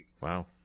Wow